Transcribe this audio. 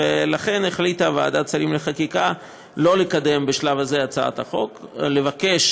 לכן החליטה ועדת שרים לחקיקה לא לקדם בשלב זה את הצעת החוק ולבקש